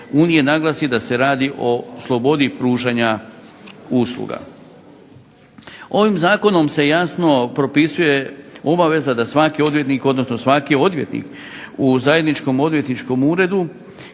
unije naglasi da se radi o slobodi pružanja usluga. Ovim zakonom se jasno propisuje obaveza da svaki odvjetnik, odnosno svaki odvjetnik u zajedničkom odvjetničkom uredu,